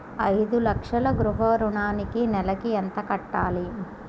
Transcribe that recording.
ఐదు లక్షల గృహ ఋణానికి నెలకి ఎంత కట్టాలి?